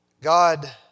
God